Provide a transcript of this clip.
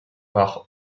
par